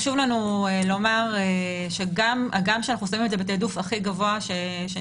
חשוב לנו לומר שהגם שאנחנו שמים את זה בתעדוף הכי גבוה שניתן,